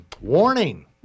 Warning